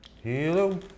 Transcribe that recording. Hello